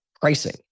pricing